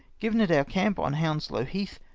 griven at our camp on hounslow heath,